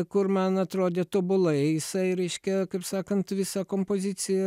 kur man atrodė tobulai jisai reiškia kaip sakant visą kompoziciją